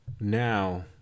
Now